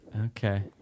Okay